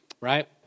right